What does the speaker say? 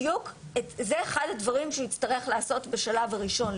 זה אחד הדברים שיצטרך להיעשות בשלב הראשון,